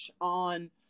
on